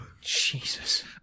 Jesus